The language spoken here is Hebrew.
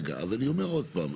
רגע, אני אומר עוד פעם.